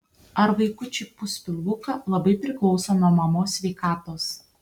ar vaikučiui pūs pilvuką labai priklauso nuo mamos sveikatos